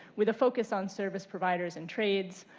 with focus on service providers and trades.